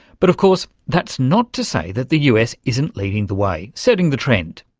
but, of course, that's not to say that the us isn't leading the way, setting the trend.